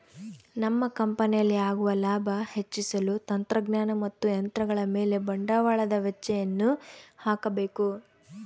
ನಮ್ಮ ಕಂಪನಿಯಲ್ಲಿ ಆಗುವ ಲಾಭ ಹೆಚ್ಚಿಸಲು ತಂತ್ರಜ್ಞಾನ ಮತ್ತು ಯಂತ್ರಗಳ ಮೇಲೆ ಬಂಡವಾಳದ ವೆಚ್ಚಯನ್ನು ಹಾಕಬೇಕು